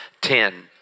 Ten